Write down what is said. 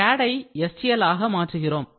CAD ஐ STL ஆக மாற்றுகிறோம்